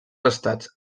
estats